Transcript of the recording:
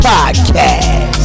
Podcast